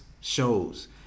shows